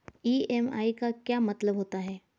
EMI का क्या मतलब होता है?